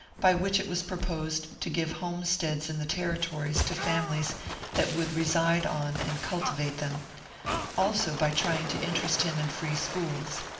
by which it was proposed to give homesteads in the territories to families that would reside on and cultivate them also by try ing to interest him in free schools.